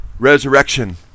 resurrection